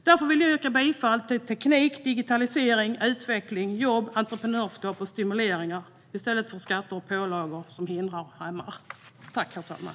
Därför vill jag yrka bifall till teknik, digitalisering, utveckling, jobb, entreprenörskap och stimuleringar i stället för skatter och pålagor som hindrar och hämmar.